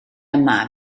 yma